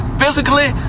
physically